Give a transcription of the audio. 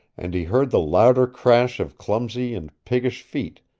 and he heard the louder crash of clumsy and piggish feet,